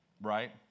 Right